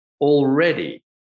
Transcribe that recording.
already